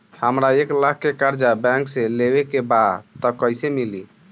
हमरा एक लाख के कर्जा बैंक से लेवे के बा त कईसे मिली?